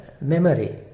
memory